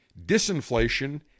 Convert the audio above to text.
disinflation